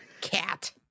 Cat